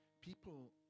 People